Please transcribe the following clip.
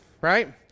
right